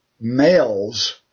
males